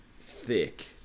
thick